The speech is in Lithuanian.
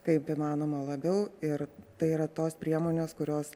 kaip įmanoma labiau ir tai yra tos priemonės kurios